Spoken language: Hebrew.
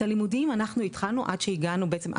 את הלימודים אנחנו התחלנו עד שהגענו בעצם,